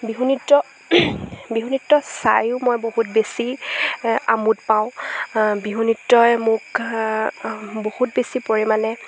বিহু নৃত্য বিহু নৃত্য চায়ো মই বহুত বেছি আমোদ পাওঁ বিহু নৃত্যই মোক বহুত বেছি পৰিমাণে